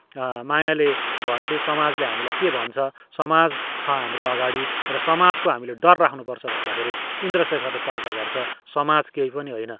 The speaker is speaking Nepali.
मायाले भन्छे समाजले हामीलाई के भन्छ समाज छ हाम्रो अगाडि र समाजको हामीले डर राख्नुपर्छ भन्दाखेरि इन्द्रशेखरले तर्क गर्छ समाज केही पनि होइन